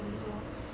so